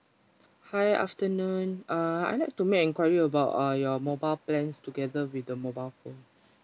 hi afternoon uh I like to make enquiry about uh your mobile plans together with the mobile phone